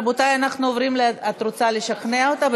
רבותיי, אנחנו עוברים, את רוצה לשכנע אותה?